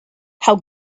how